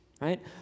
right